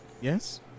Yes